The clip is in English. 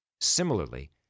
Similarly